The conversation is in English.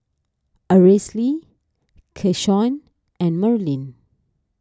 Aracely Keshawn and Merlene